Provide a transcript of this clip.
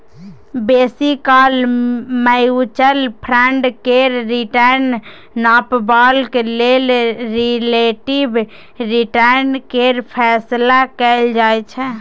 बेसी काल mutual fund केर रिटर्न नापबाक लेल रिलेटिब रिटर्न केर फैसला कएल जाइ छै